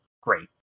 great